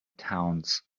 towns